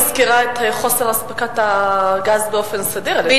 את לא מזכירה את חוסר אספקת הגז באופן סדיר על-ידי,